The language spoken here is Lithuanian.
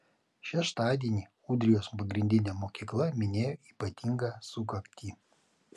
šeštadienį ūdrijos pagrindinė mokykla minėjo ypatingą sukaktį